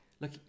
look